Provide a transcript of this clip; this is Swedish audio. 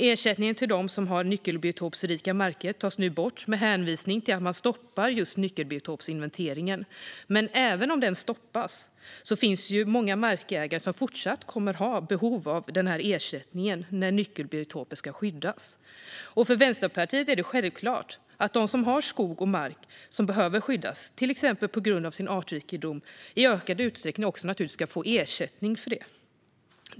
Ersättningen till dem som har nyckelbiotopsrika marker tas nu bort med hänvisning till att man stoppar just nyckelbiotopsinventeringen. Men även om den stoppas finns det många markägare som fortsatt kommer att ha behov av ersättningen när nyckelbiotoper ska skyddas. För Vänsterpartiet är det självklart att de som har skog och mark som behöver skyddas, till exempel på grund av sin artrikedom, i ökad utsträckning också ska få ersättning för det.